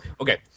Okay